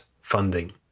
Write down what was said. funding